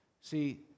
See